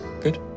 Good